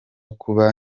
kuba